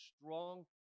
strong